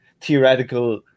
theoretical